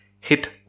Hit